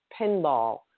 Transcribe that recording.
pinball